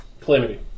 Calamity